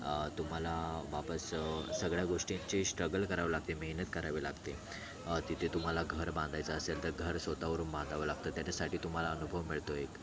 तुम्हाला वापस सगळ्या गोष्टींची स्ट्रगल करावे लागते मेहनत करावी लागते तिथे तुम्हाला घर बांधायचं असेल तर घर स्वतः वरून बांधावं लागतं त्याच्यासाठी तुम्हाला अनुभव मिळतो एक